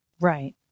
Right